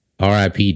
RIP